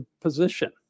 position